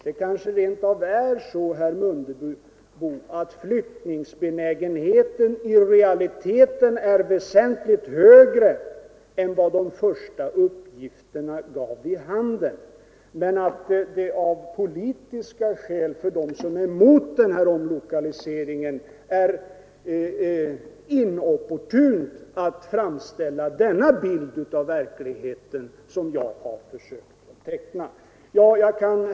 Det kanske rent av är så, herr Mundebo, att flyttningsbenägenheten i realiteten är väsentligt större än vad de första uppgifterna gav vid handen men att det av politiska skäl är inopportunt för dem som är mot den här omlokaliseringen att framställa den bild av verkligheten som jag här har försökt teckna. Herr talman!